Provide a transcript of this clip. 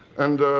and ah,